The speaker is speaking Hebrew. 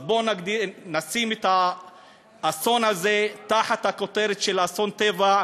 אז בואו נשים את האסון הזה תחת הכותרת של אסון טבע,